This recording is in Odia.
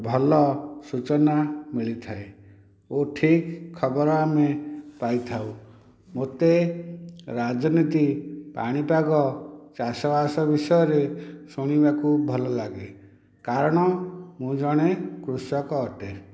ଭଲ ସୂଚନା ମିଳିଥାଏ ଓ ଠିକ ଖବର ଆମେ ପାଇଥାଉ ମୋତେ ରାଜନୀତି ପାଣିପାଗ ଚାଷବାସ ବିଷୟରେ ଶୁଣିବାକୁ ଭଲ ଲାଗେ କାରଣ ମୁଁ ଜଣେ କୃଷକ ଅଟେ